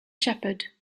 shepherd